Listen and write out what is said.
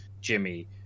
jimmy